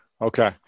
Okay